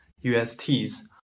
UST's